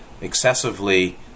Excessively